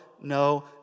no